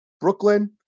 Brooklyn